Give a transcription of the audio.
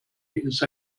ist